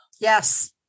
Yes